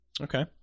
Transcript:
Okay